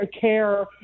CARE